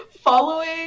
Following